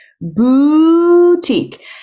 Boutique